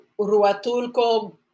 Ruatulco